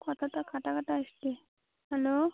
কথাটা কাটা কাটা আসছে হ্যালো